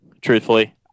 truthfully